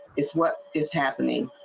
it's what is happening.